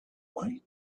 why